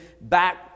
back